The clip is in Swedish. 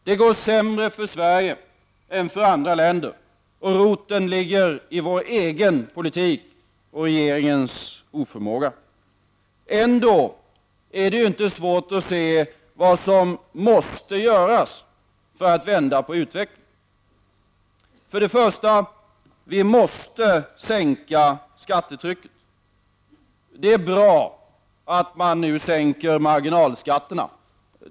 Det går sämre för Sverige än för andra länder, och roten ligger i vår egen politik och regeringens oförmåga. Ändå är det inte svårt att se vad som måste göras för att vända utvecklingen. För det första: Vi måste sänka skattetrycket. Det är bra att man nu sänker marginalskatterna.